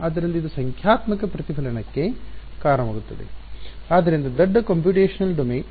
ಆದ್ದರಿಂದ ಇದು ಸಂಖ್ಯಾತ್ಮಕ ಪ್ರತಿಫಲನಕ್ಕೆ ಕಾರಣವಾಗುತ್ತದೆ ಆದ್ದರಿಂದ ದೊಡ್ಡ ಕಂಪ್ಯೂಟೇಶನಲ್ ಡೊಮೇನ್